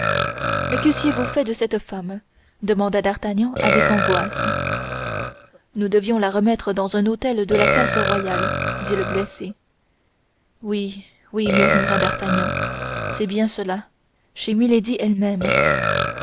mais qu'eussiez-vous fait de cette femme demanda d'artagnan avec angoisse nous devions la remettre dans un hôtel de la place royale dit le blessé oui oui murmura d'artagnan c'est bien cela chez milady elle-même